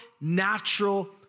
natural